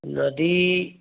नदी